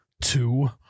two